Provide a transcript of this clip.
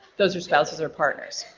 those are spouses are partners,